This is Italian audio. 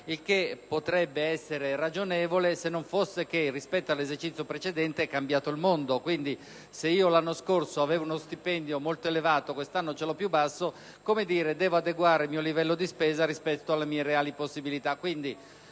il che potrebbe essere ragionevole, se non fosse che, rispetto all'esercizio precedente, è cambiato il mondo. Pertanto, se l'anno scorso avevo, ad esempio, uno stipendio molto elevato e questo anno ce l'ho più basso, devo adeguare il mio livello di spesa rispetto alle mie reali possibilità.